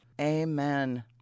Amen